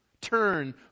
Turn